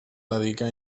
dedicà